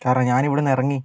കാരണം ഞാൻ ഇവിടുന്ന് ഇറങ്ങി